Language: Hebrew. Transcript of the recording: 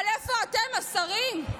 אבל איפה אתם, השרים?